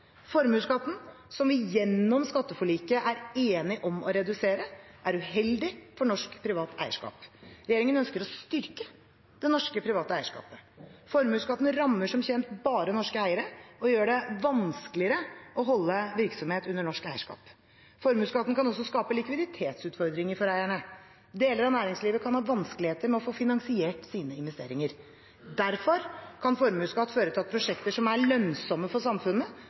Formuesskatten, som vi gjennom skatteforliket er enige om å redusere, er uheldig for norsk, privat eierskap. Regjeringen ønsker å styrke det norske, private eierskapet. Formuesskatten rammer som kjent bare norske eiere og gjør det vanskeligere å holde virksomhet under norsk eierskap. Formuesskatten kan også skape likviditetsutfordringer for eierne. Deler av næringslivet kan ha vanskeligheter med å få finansiert sine investeringer. Derfor kan formuesskatt føre til at prosjekter som er lønnsomme for samfunnet,